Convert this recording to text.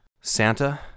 Santa